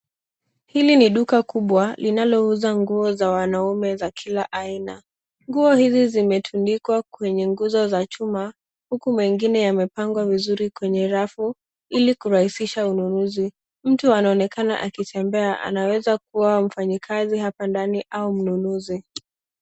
Hili ni duka kubwa linalouza nguo za wanaume za kila aina. Nguo hizi zimetundikwa kwenye nguzo za chuma huku mengine yamepangwa vizuri kwenye rafu ili kurahisisha ununuzi. Mtu anoonekana akitembea anaweza kuwa mfanyikazi hapa ndani au mnunuzi.